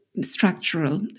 structural